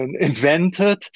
invented